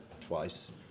twice